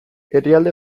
herrialde